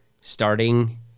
starting